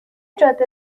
جاده